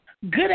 Good